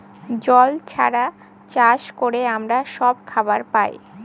জল ছাড়া চাষ করে আমরা সব খাবার পায়